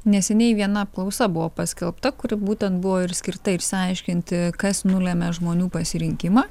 neseniai viena apklausa buvo paskelbta kur būtent buvo ir skirta ir išsiaiškinti kas nulemia žmonių pasirinkimą